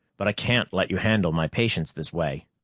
but i can't let you handle my patients this way.